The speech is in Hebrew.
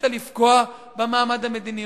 החליטה לפגוע במעמד המדיני.